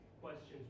questions